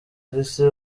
ndetse